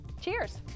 Cheers